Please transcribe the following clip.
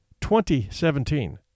2017